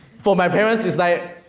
for my parents, it's like,